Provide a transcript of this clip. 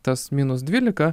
tas minus dvylika